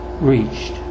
reached